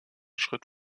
schritt